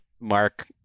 Mark